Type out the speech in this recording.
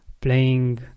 playing